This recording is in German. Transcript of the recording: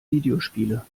videospiele